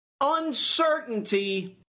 uncertainty